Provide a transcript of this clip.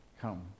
come